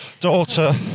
daughter